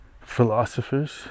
philosophers